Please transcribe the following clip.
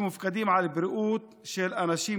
שמופקדים על בריאות של אנשים,